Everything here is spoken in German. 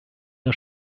der